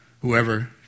Whoever